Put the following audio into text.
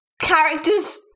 character's